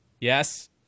Yes